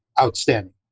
outstanding